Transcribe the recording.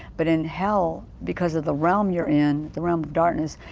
but in hell because of the realm you're in the realm of darkness,